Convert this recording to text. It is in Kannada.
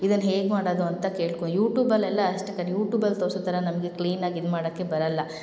ಇದನ್ನು ಹೇಗೆ ಮಾಡೋದು ಅಂತ ಕೇಳ್ಕೋ ಯೂಟೂಬಲ್ಲೆಲ್ಲ ಯೂಟ್ಯೂಬಲ್ಲಿ ತೋರಿಸೋ ಥರ ನಮಗೆ ಕ್ಲೀನಾಗಿ ಇದು ಮಾಡೋಕ್ಕೆ ಬರಲ್ಲ